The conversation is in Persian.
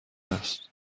است